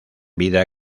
vida